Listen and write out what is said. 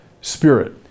spirit